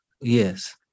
Yes